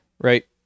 right